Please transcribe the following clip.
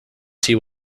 see